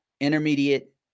intermediate